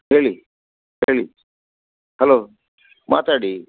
ಹೇಳಿ ಹೇಳಿ ಹಲೋ ಮಾತಾಡಿ